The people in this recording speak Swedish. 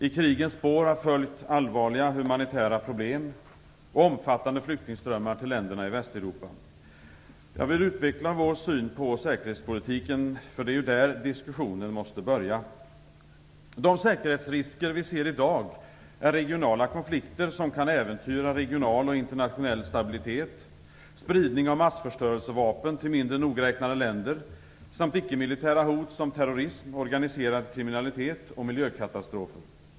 I krigens spår har följt allvarliga humanitära problem och omfattande flyktingströmmar till länderna i Västeuropa. Jag vill utveckla vår syn på säkerhetspolitiken, därför att det är där som diskussionen måste börja. De säkerhetsrisker som vi ser i dag är regionala konflikter som kan äventyra regional och internationell stabilitet, spridning av massförstörelsevapen till mindre nogräknade länder samt icke-militära hot såsom terrorism, organiserad kriminalitet och miljökatastrofer.